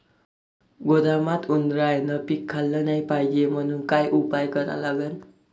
गोदामात उंदरायनं पीक खाल्लं नाही पायजे म्हनून का उपाय करा लागन?